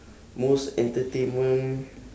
most entertainment